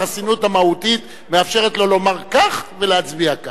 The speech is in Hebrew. החסינות המהותית מאפשרת לו לומר כך ולהצביע כך.